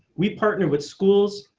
we partner with schools,